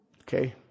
okay